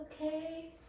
okay